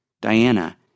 Diana